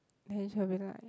then she will be like